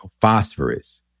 phosphorus